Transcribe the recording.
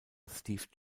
steve